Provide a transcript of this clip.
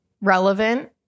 relevant